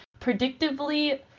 predictably